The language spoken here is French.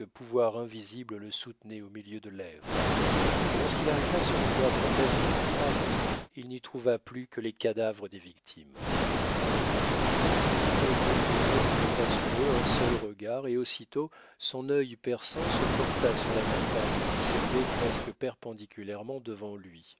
pouvoir invisible le soutenait au milieu de l'air mais lorsqu'il arriva sur le théâtre même du massacre il n'y trouva plus que les cadavres des victimes œil de faucon jeta sur eux un seul regard et aussitôt son œil perçant se porta sur la montagne qui s'élevait presque perpendiculairement devant lui